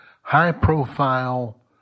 high-profile